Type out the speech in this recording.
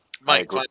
Mike